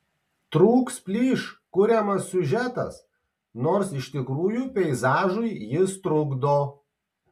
trūks plyš kuriamas siužetas nors iš tikrųjų peizažui jis trukdo